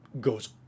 goes